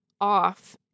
off